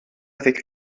avec